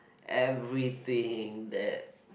everything that